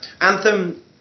Anthem